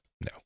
No